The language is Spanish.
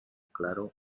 claro